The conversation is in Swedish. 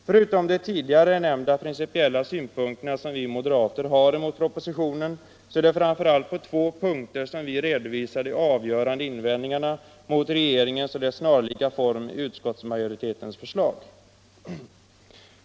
Förutom de tidigare nämnda principiella betänkligheterna, som vi moderater har emot propositionen, är det framför allt på två punkter som vi redovisar avgörande invändningar mot regeringens och utskottsmajoritetens snarlika förslag.